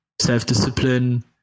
self-discipline